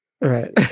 right